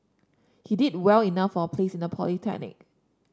he did well enough for a place in a polytechnic